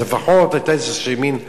אז לפחות היתה מין חלוקה,